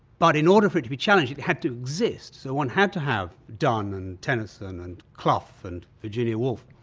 but in order for it to be challenged it had to exist. so one had to have donne and tennyson and clough and virginia woolf,